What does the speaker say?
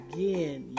Again